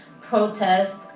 protest